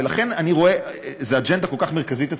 ולכן זו אג'נדה כל כך מרכזית אצלנו,